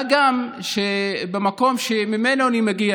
מה גם שבמקום שממנו אני מגיע,